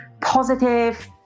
positive